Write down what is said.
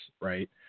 right